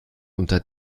unter